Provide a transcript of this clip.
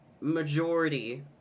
majority